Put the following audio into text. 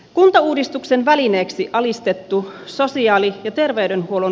ulla uudistuksen valinneeksi alistettu sosiaali ja terveydenhuollon